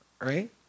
right